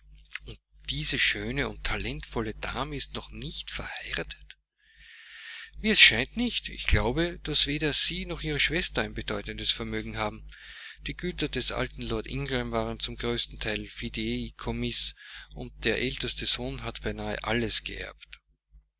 diese schöne und talentvolle dame ist noch nicht verheiratet wie es scheint nicht ich glaube daß weder sie noch ihre schwester ein bedeutendes vermögen haben die güter des alten lord ingram waren zum größten teil fideikommiß und der älteste sohn hat beinahe alles geerbt